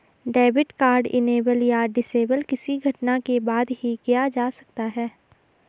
debit card enable या disable किसी घटना के बाद ही किया जा सकता है